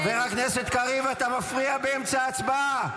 חבר הכנסת קריב, אתה מפריע באמצע ההצבעה.